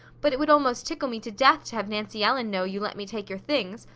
but it would almost tickle me to death to have nancy ellen know you let me take your things,